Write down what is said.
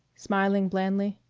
smiling blandly.